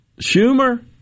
Schumer